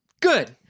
Good